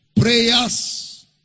prayers